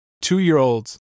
two-year-olds